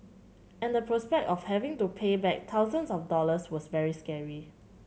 and the prospect of having to pay back thousands of dollars was very scary